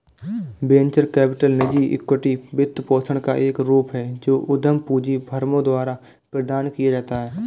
venture capital निजी equity वित्तपोषण का एक रूप है जो उद्यम पूंजी फर्मों द्वारा प्रदान किया जाता है